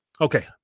okay